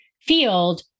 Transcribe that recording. field